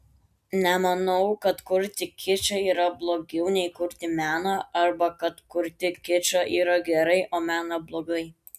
nemanau kad kurti kičą yra blogiau nei kurti meną arba kad kurti kičą yra gerai o meną blogai